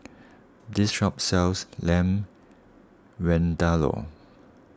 this shop sells Lamb Vindaloo